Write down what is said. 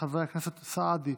חברת הכנסת סטרוק,